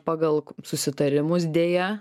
pagal susitarimus deja